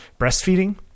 breastfeeding